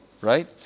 right